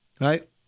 right